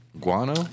Guano